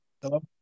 Hello